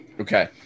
Okay